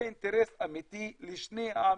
זה אינטרס אמיתי לשני העמים.